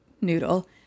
noodle